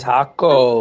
Taco